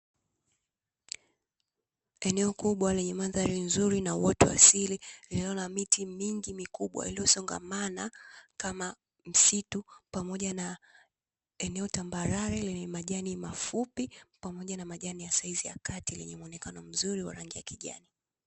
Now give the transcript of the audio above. Eneo kubwa lenye mandhari nzuri na uoto wa asili iliyo na miti mingi mikubwa iliyosongamana kama msitu pamoja na eneo tambarare lenye majani mafupi, pamoja na majani ya saizi ya kati yenye muonekano mzuri wa rangi ya kijani.